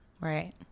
Right